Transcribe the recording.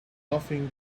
nothing